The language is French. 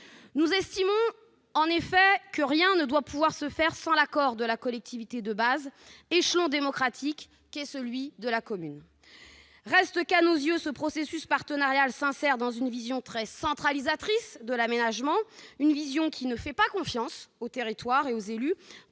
Nous estimons, en effet, que rien ne doit pouvoir se faire sans l'accord de la collectivité de base, cet échelon démocratique qu'est la commune. Il n'en reste pas moins qu'à nos yeux ce processus partenarial s'insère dans une vision très centralisatrice de l'aménagement, une vision qui ne fait pas confiance aux territoires et aux élus